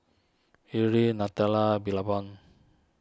Yuri Nutella Billabong